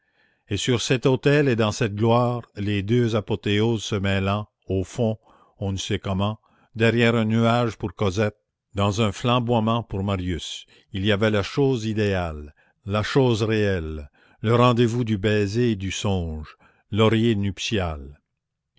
et sur cet autel et dans cette gloire les deux apothéoses se mêlant au fond on ne sait comment derrière un nuage pour cosette dans un flamboiement pour marius il y avait la chose idéale la chose réelle le rendez-vous du baiser et du songe l'oreiller nuptial